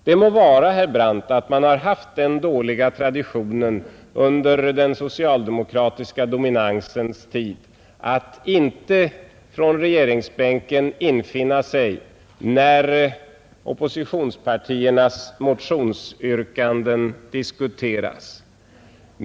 Det må vara, herr Brandt, att man har haft den dåliga traditionen under den socialdemokratiska dominansens tid att inte från regeringsbänken infinna sig när oppositionspartiernas motionsyrkanden diskuteras.